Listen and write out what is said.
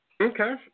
Okay